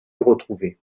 retrouvés